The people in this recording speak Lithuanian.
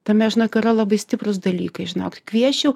tame žinok yra labai stiprūs dalykai žinok kviesčiau